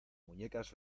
muñecas